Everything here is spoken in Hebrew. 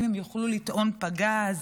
אם הן יוכלו לטעון פגז.